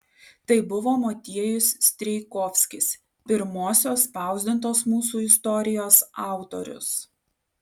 tai buvo motiejus strijkovskis pirmosios spausdintos mūsų istorijos autorius